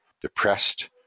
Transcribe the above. depressed